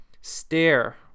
stare